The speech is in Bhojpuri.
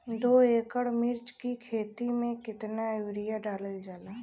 दो एकड़ मिर्च की खेती में कितना यूरिया डालल जाला?